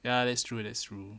ya that's true that's true